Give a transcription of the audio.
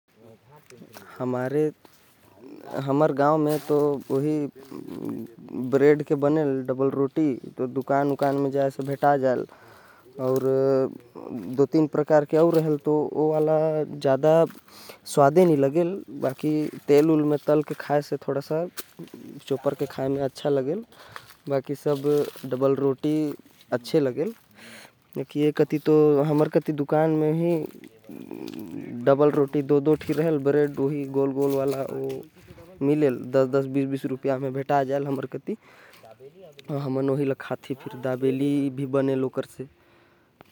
हमर कति गोल डबल रोटी मिलथे। अउ लंबा डबल रोटी मिलथे। जेके लोग मन दुकान से खरीद के खाथे।